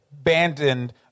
abandoned